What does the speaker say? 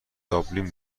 دابلین